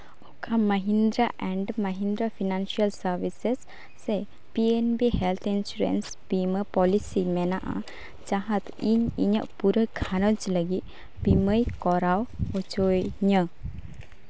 ᱚᱠᱟ Mahindra Mahindra Financial Services ᱥᱮ P N B health insurance ᱵᱤᱢᱟᱹ ᱯᱚᱞᱤᱥᱤ ᱢᱮᱱᱟᱜᱼᱟ ᱡᱟᱦᱟᱸᱫᱚ ᱤᱧᱟᱹᱜ ᱯᱩᱨᱟᱹ ᱜᱷᱟᱨᱚᱸᱡᱽ ᱞᱟᱹᱜᱤᱫ ᱵᱤᱢᱟᱹᱭ ᱠᱚᱨᱟᱣ ᱦᱚᱪᱚᱭᱤᱧᱟᱹ